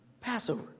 Passover